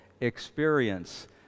experience